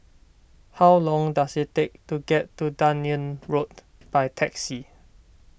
how long does it take to get to Dunearn Road by taxi